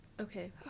okay